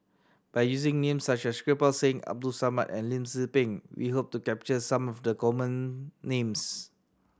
by using names such as Kirpal Singh Abdul Samad and Lim Tze Peng we hope to capture some of the common names